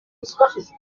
rudahigwa